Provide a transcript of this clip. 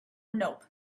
nope